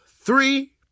three